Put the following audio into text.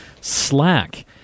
Slack